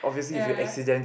ya